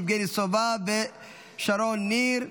יבגני סובה ושרון ניר.